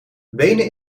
wenen